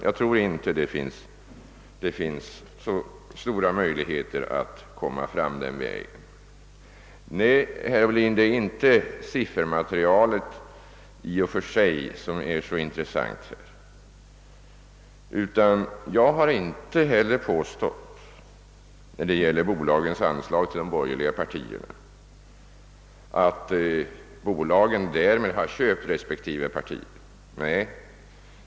Jag tror inte att det finns så stora möjligheter att komma fram på den vägen. materialet i och för sig som är så in tressant härvidlag. Jag har inte heller påstått att bolagen genom att ge anslag till partierna köpt respektive partier.